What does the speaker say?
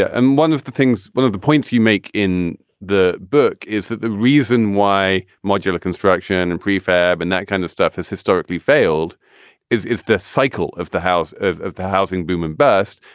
and one of the things one of the points you make in the book is that the reason why modular construction and prefab and that kind of stuff has historically failed is is the cycle of the house of of the housing boom and bust.